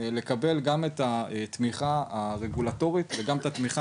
לקבל גם את התמיכה הרגולטורית וגם את התמיכה